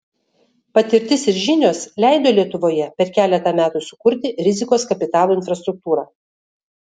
patirtis ir žinios leido lietuvoje per keletą metų sukurti rizikos kapitalo infrastruktūrą